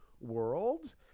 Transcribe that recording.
world